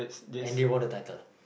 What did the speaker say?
and they won the title